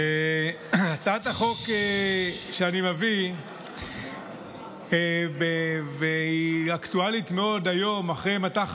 הצעת החוק שאני מביא היא אקטואלית מאוד היום אחרי מטח